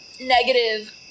negative